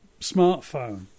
smartphone